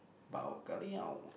bao ka liao